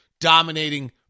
dominating